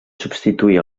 substituir